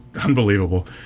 Unbelievable